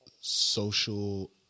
social